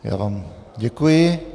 Já vám děkuji.